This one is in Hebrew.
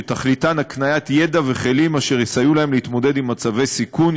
שתכליתן הקניית ידע וכלים אשר יסייעו להם להתמודד עם מצבי סיכון,